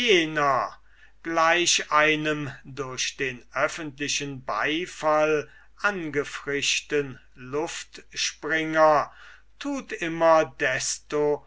gleich einem durch den öffentlichen beifall angefrischten luftspringer tut immer desto